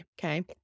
Okay